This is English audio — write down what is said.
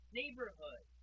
neighborhood